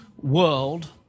world